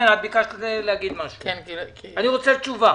אני רוצה תשובה.